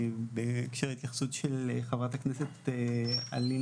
זה פשוט כואב הלב לראות מה קורה,